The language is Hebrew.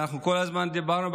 ואנחנו כל הזמן דיברנו,